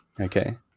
okay